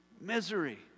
misery